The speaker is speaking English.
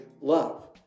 love